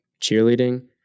cheerleading